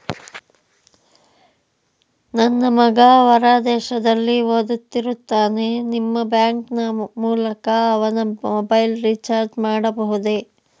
ನನ್ನ ಮಗ ಹೊರ ದೇಶದಲ್ಲಿ ಓದುತ್ತಿರುತ್ತಾನೆ ನಿಮ್ಮ ಬ್ಯಾಂಕಿನ ಮೂಲಕ ಅವನ ಮೊಬೈಲ್ ರಿಚಾರ್ಜ್ ಮಾಡಬಹುದೇ?